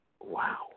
wow